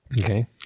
Okay